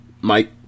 Mike